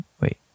wait